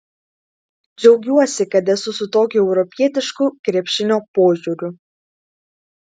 džiaugiuosi kad esu su tokiu europietišku krepšinio požiūriu